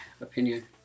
opinion